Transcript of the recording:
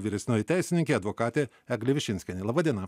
vyresnioji teisininkė advokatė eglė višinskienė laba diena